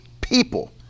people